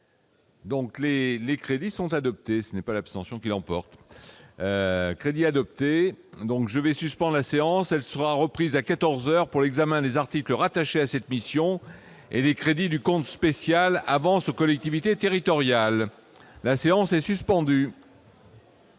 Donc les les crédits sont adoptés, ce n'est pas l'abstention qui l'emporte, crédits adoptés donc je vais suspend la séance, elle sera reprise à 14 heures pour l'examen des articles rattaché à cette mission et les crédits du compte spécial avant ce collectivités territoriales, la séance est suspendue.